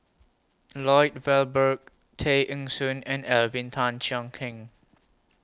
Lloyd Valberg Tay Eng Soon and Alvin Tan Cheong Kheng